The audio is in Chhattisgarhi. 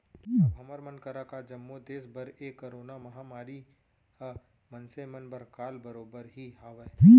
अब हमर मन करा का जम्मो देस बर ए करोना महामारी ह मनसे मन बर काल बरोबर ही हावय